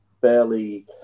fairly